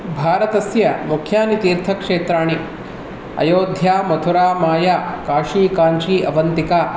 भारतस्य मुख्यानि तीर्थक्षेत्राणि अयोध्या मथुरा माया काशी काञ्ची अवन्तिका